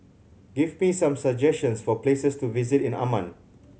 give me some suggestions for places to visit in Amman